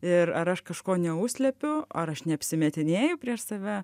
ir aš kažko neužslepiu ar aš neapsimetinėju prieš save